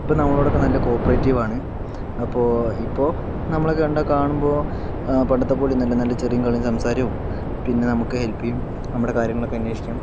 ഇപ്പോൾ നമ്മളോടൊക്കെ നല്ല കോപ്പറേറ്റീവാണ് അപ്പോൾ ഇപ്പോൾ നമ്മളെ കണ്ടാൽ കാണുമ്പോൾ പണ്ടത്തെ പോലെയൊന്നുമല്ല നല്ല ചിരിയും കളിയും സംസാരവും പിന്നെ നമുക്ക് ഹെൽപ്പ് ചെയ്യും നമ്മുടെ കാര്യങ്ങളൊക്കെ അന്വേഷിക്കും